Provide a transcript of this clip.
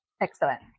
Excellent